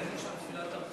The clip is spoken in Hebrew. עד שיסיימו שם תפילת ערבית.